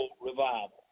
revival